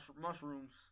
mushrooms